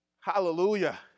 Hallelujah